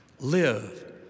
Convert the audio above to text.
Live